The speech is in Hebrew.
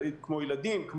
ילדים,